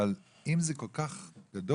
אבל אם זה כל כך גדול,